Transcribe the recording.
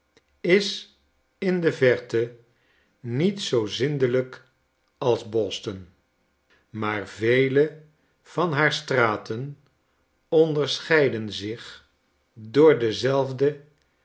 is in de verte niet zoo zindelijk als boston maar vele van haar straten onderscheiden zich door dezelfde